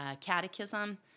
catechism